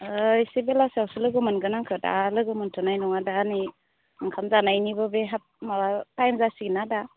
एसे बेलासियावसो लोगो मोनगोन आंखौ दा लोगो मोन्थ'नाय नङा दा नै ओंखाम जानायनिबो बे माबा टाइम जासिगोन ना दा